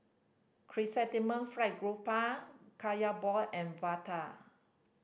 Chrysanthemum Fried Garoupa Kaya ball and vada